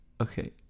Okay